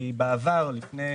בעבר, לפני